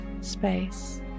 space